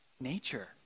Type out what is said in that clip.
nature